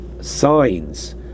signs